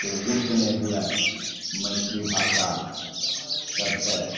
से लुप्त नहि हुए मैथिली भाषा सबसे